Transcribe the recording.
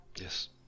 Yes